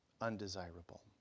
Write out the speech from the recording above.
undesirable